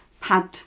pad